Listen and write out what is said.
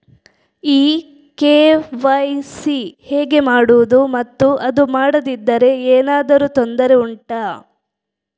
ಈ ಕೆ.ವೈ.ಸಿ ಹೇಗೆ ಮಾಡುವುದು ಮತ್ತು ಅದು ಮಾಡದಿದ್ದರೆ ಏನಾದರೂ ತೊಂದರೆ ಉಂಟಾ